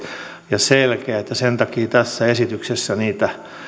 ja selkeät ja sen takia tässä esityksessä niitä